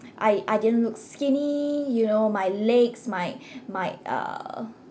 I I didn't look skinny you know my legs my my uh